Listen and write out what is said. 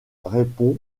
répond